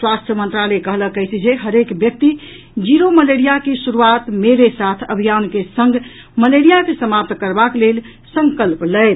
स्वास्थ्य मंत्रालय कहलक अछि जे हरेक व्यक्ति जीरो मलेरिया की शुरूआत मेरे साथ अभियान के संग मलेरिया के समाप्त करबाक लेल संकल्प लेथि